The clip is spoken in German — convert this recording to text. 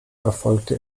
erfolgte